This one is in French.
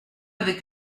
avec